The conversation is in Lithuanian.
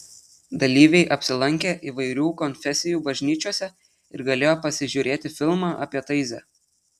dalyviai apsilankė įvairių konfesijų bažnyčiose ir galėjo pasižiūrėti filmą apie taizė